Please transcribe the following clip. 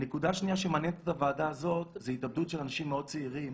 נקודה חשובה שמעניינת את הוועדה הזאת זה התאבדות של אנשים מאוד צעירים